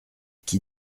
qui